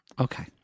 Okay